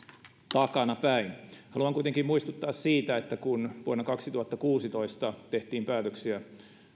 takanapäin haluan kuitenkin muistuttaa siitä että kun vuonna kaksituhattakuusitoista tehtiin päätöksiä